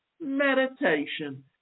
meditation